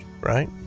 right